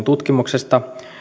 tutkimuksesta